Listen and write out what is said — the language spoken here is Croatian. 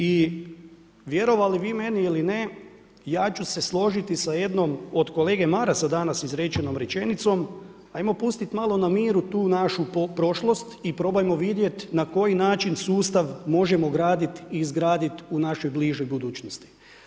I vjerovali vi meni ili ne ja ću se složiti sa jednom od kolege Marasa danas izrečenom rečenicom, ajmo pustiti malo na miru tu našu prošlost i probajmo vidjeti na koji način sustav možemo graditi i izgraditi u našoj bližoj budućnosti.